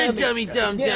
um dummy dumb yeah